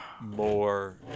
more